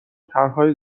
طرحهای